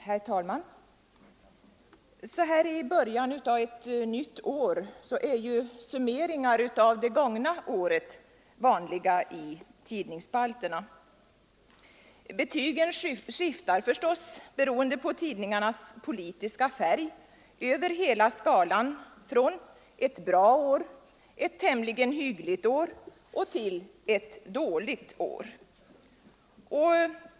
Herr talman! Så här i början av ett nytt år är ju summeringar av det gångna året vanliga i tidningsspalterna. Betygen skiftar förstås, beroende på tidningarnas politiska färg, över hela skalan från ett bra år eller ett tämligen hyggligt år och till ett dåligt år.